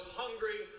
hungry